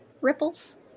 ripples